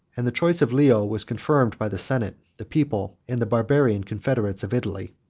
and the choice of leo was confirmed by the senate, the people, and the barbarian confederates of italy.